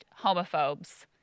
homophobes